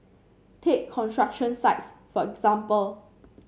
take construction sites for example